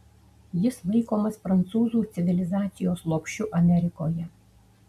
jis laikomas prancūzų civilizacijos lopšiu amerikoje